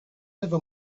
never